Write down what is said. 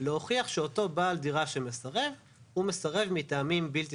להוכיח שאותו בעל דירה שמסרב הוא מסרב מטעמים בלתי